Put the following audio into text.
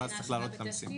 אבל אז צריך להעלות את המיסים.